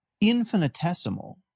infinitesimal